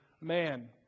man